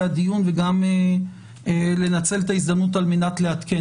הדיון וגם לנצל את ההזדמנות על מנת לעדכן,